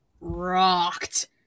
rocked